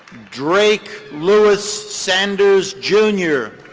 drake louis sanders, jr.